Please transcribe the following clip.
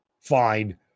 fine